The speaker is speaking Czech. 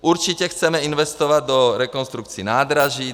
Určitě chceme investovat do rekonstrukcí nádraží.